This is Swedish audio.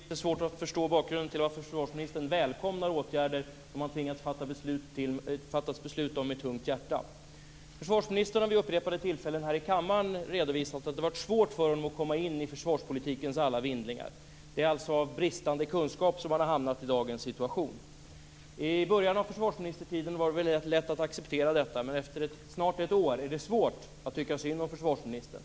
Fru talman! Jag har litet svårt att förstå bakgrunden till att försvarsministern välkomnar åtgärder som han tvingats fatta beslut om med tungt hjärta. Försvarsministern har vid upprepade tillfällen här i kammaren redovisat att det har varit svårt för honom att komma in i försvarspolitikens alla vindlingar. Det är alltså på grund av bristande kunskap som han har hamnat i dagens situation. I början av försvarsministertiden var det rätt lätt att acceptera detta, men efter snart ett år är det svårt att tycka synd om försvarsministern.